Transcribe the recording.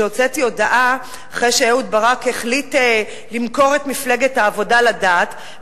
כשהוצאתי הודעה אחרי שאהוד ברק החליט למכור את מפלגת העבודה לדעת,